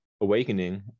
awakening